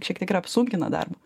šiek tiek ir apsunkina darbą